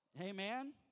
Amen